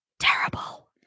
Terrible